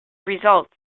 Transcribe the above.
results